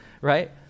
right